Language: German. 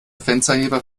fensterheber